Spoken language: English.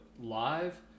live